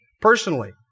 personally